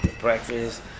Breakfast